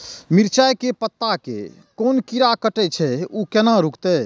मिरचाय के पत्ता के कोन कीरा कटे छे ऊ केना रुकते?